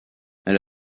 elle